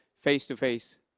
face-to-face